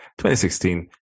2016